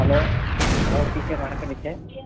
hello hello teacher வணக்கம் teacher